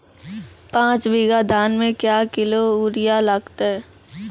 पाँच बीघा धान मे क्या किलो यूरिया लागते?